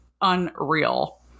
unreal